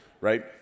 right